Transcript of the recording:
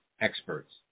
experts